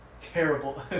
Terrible